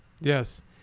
yes